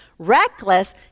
reckless